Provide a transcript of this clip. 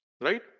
Right